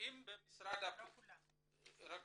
רק רגע.